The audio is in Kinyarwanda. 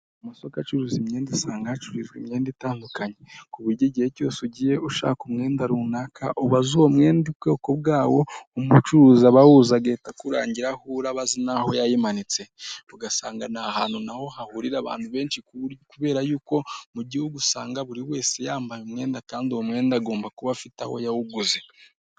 Amasoko acuruza imyenda usanga hacururijwe imyenda itandukanye ku buryo igihe cyose ugiye ushaka umwenda runaka ubaze uwo mwenda ubwoko bwawo umucuruzi abawuza agahita akurangira aho urabazi n'aho yayimanitse, ugasanga ni ahantu naho hahurira abantu benshi kubera yuko mu gihugu usanga buri wese yambaye umwenda kandi uwo mwenda agomba kuba afite aho yawuguze.